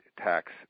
tax